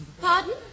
Pardon